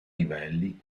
livelli